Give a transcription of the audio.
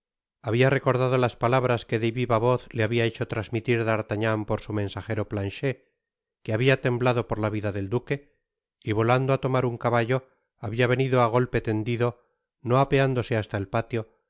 habia recordado las palabras que de viva voz le habia hecho trasmitir d'artagnan por su mensajero planchet habia temblado por la vida del duque y volando á tomar un caballo habia venido á golpe tendido no apeándose hasta el patio